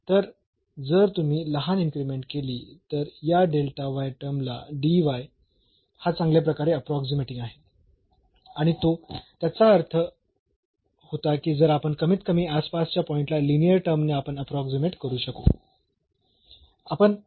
तर जर तुम्ही लहान इन्क्रीमेंट केली तर या टर्म ला हा चांगल्या प्रकारे अप्रोक्सीमेटिंग आहे आणि तो त्याचा अर्थ होता की जर आपण कमीतकमी आसपासच्या पॉईंट ला लिनीअर टर्म ने आपण अप्रोक्सीमेट करू शकू